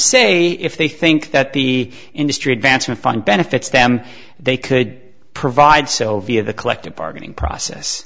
say if they think that the industry advancement fund benefits them they could provide so via the collective bargaining process